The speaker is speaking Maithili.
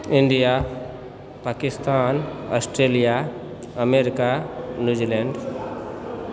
India Pakistan Australia America New Zealand